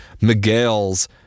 Miguel's